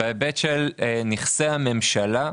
את נכסי הממשלה,